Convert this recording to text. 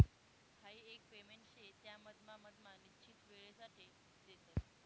हाई एक पेमेंट शे त्या मधमा मधमा निश्चित वेळसाठे देतस